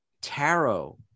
tarot